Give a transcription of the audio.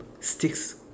sticks